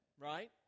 right